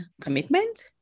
commitment